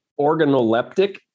organoleptic